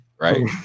right